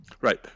right